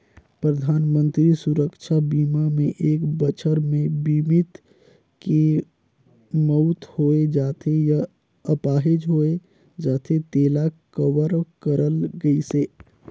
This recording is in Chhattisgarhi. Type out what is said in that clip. परधानमंतरी सुरक्छा बीमा मे एक बछर मे बीमित के मउत होय जाथे य आपाहिज होए जाथे तेला कवर करल गइसे